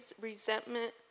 resentment